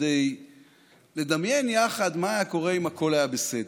כדי לדמיין יחד מה היה קורה אם הכול היה בסדר,